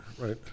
right